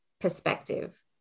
perspective